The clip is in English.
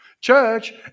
Church